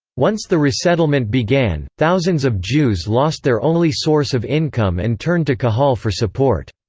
once the resettlement began, thousands of jews lost their only source of income and turned to qahal for support.